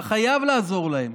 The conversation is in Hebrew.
אתה חייב לעזור להם,